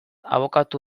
abokatu